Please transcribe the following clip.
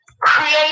create